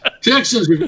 Texas